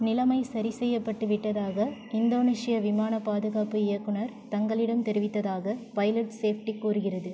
நிலமை சரிசெய்யப்பட்டு விட்டதாக இந்தோனேசியா விமானப் பாதுகாப்பு இயக்குநர் தங்களிடம் தெரிவித்ததாக பைலட் சேஃப்டி கூறுகிறது